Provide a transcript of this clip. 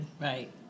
Right